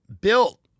built